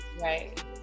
Right